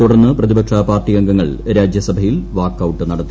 തുടർന്ന് പ്രതിപക്ഷ പാർട്ടി അംഗങ്ങൾ രാജ്യസഭയിൽ വാക്കൌട്ട് നടത്തി